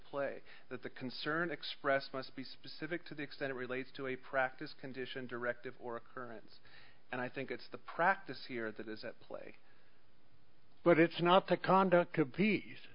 play that the concern expressed must be specific to the extent it relates to a practice condition directive or occurrence and i think it's the practice here that is at play but it's not to conduct